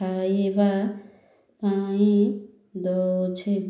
ଖାଇବା ପାଇଁ ଦେଉଛି